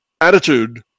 attitude